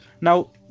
now